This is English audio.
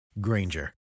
Granger